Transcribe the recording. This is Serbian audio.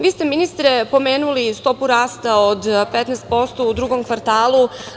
Vi ste, ministre, pomenuli stopu rasta od 15% u drugom kvartalu.